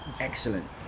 excellent